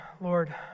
Lord